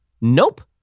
Nope